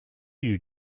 you